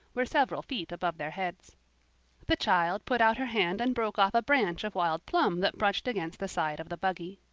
were several feet above their heads the child put out her hand and broke off a branch of wild plum that brushed against the side of the buggy.